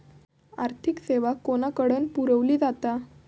आर्थिक सेवा कोणाकडन पुरविली जाता?